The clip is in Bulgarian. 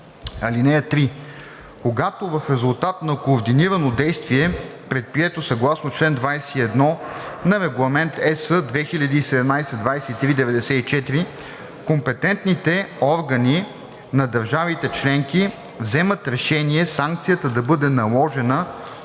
лв. (3) Когато в резултат на координирано действие, предприето съгласно чл. 21 на Регламент (ЕС) 2017/2394, компетентните органи на държавите членки вземат решение санкцията да бъде наложена